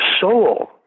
soul